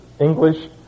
English